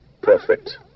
Perfect